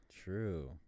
true